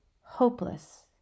Hopeless